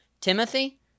Timothy